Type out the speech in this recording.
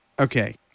Okay